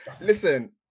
Listen